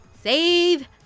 Save